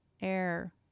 air